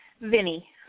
Vinny